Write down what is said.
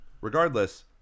Regardless